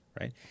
right